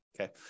Okay